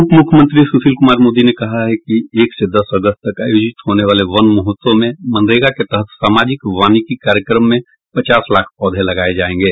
उप मुख्यमंत्री सुशील कुमार मोदी ने कहा है कि एक से दस अगस्त तक आयोजित होने वाले वन महोत्सव में मनरेगा के तहत सामाजिक वानिकी कार्यक्रम में पचास लाख पौधे लगाये जायेंगे